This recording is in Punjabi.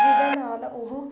ਜਿਹਦੇ ਨਾਲ ਉਹ